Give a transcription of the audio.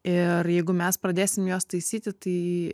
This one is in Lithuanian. ir jeigu mes pradėsim juos taisyti tai